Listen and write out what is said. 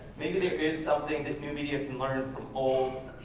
maybe there is something that new media can learn from old.